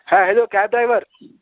ہاں hello cab driver